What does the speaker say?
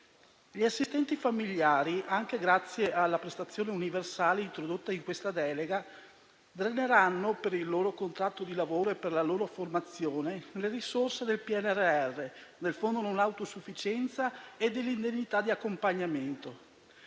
Gli assistenti familiari, anche grazie alla prestazione universale introdotta in questa delega, dreneranno, per il loro contratto di lavoro e per la loro formazione, le risorse del PNRR, del Fondo non autosufficienza e dell'indennità di accompagnamento.